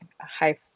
high